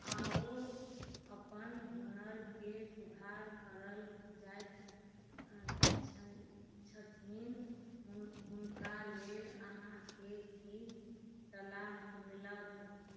आओर अपन हुनरके सुधार करल जाइत छथिन हुनका लेल अहाँके की सलाह मिलत